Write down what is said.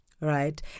Right